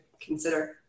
consider